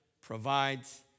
Provides